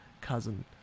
cousin